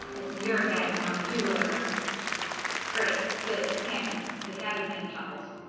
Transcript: it's your cat now do whatever great good it's canon the cat is named chuckles